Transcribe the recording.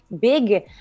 big